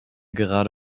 gerade